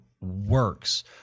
works